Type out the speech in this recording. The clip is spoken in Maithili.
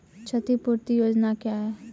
क्षतिपूरती योजना क्या हैं?